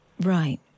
Right